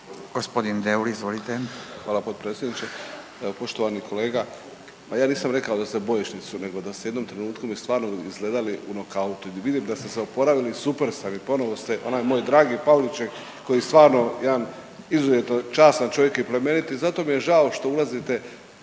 Hvala potpredsjedniče. Poštovani kolega ma ja nisam rekao da ste bojišnicu nego da ste u jednom trenutku mi stvarno izgledali u knokoutu i vidim da ste se oporavili da ste se oporavili, super ste mi, ponovo ste onaj moj dragi Pavliček koji stvarno jedan izuzetno častan čovjek i plemenit i zato mi je žao što ulazite,